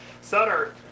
Sutter